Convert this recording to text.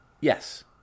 Yes